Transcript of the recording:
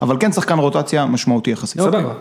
אבל כן שחקן רוטציה משמעותי יחסית. סדר.